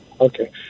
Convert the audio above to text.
Okay